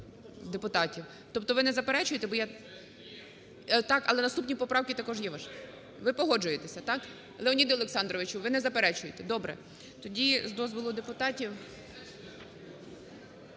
Добре. Тоді, з дозволу депутатів…